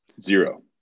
Zero